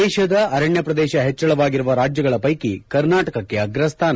ದೇಶದ ಅರಣ್ಯ ಪ್ರದೇಶ ಹೆಚ್ಚಳವಾಗಿರುವ ರಾಜ್ಯಗಳ ಪೈಕಿ ಕರ್ನಾಟಕಕ್ಕೆ ಅಗ್ರಸ್ಥಾನ